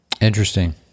interesting